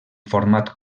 format